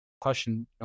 question